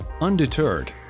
Undeterred